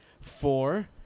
four